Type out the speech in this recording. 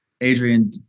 Adrian